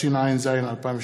התשע"ז 2017,